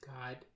God